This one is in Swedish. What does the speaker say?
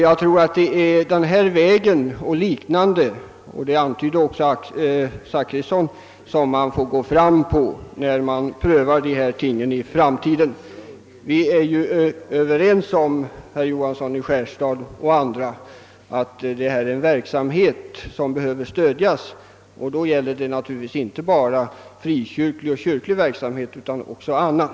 Jag tror ändock att det är på detta och liknande sätt — vilket också antyddes av herr Zachrisson — som man får gå fram vid den framtida prövningen av dessa frågor. Herr Johansson i Skärstad och vi andra är ju överens om att detta är en verksamhet, som behöver stödjas, och det gäller naturligtvis inte bara frikyrklig och kyrklig verksamhet utan också annan.